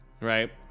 Right